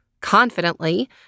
confidently